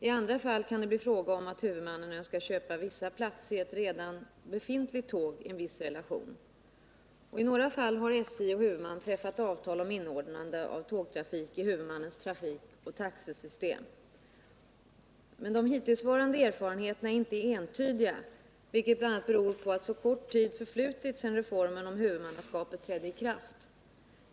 I andra fall kan det bli fråga om att huvudmannen önskar köpa vissa platser i ett redan befintligt tåg. I några fall har SJ och huvudman träffat avtal om inordnande av tågtrafik i huvudmannens trafikoch taxisystem. Men de hittillsvarande erfarenheterna är inte entydiga, vilket bl.a. beror på att så kort tid förflutit sedan reformen om huvudmannaskapet trädde i kraft.